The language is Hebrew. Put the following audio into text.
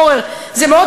הזה.